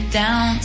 down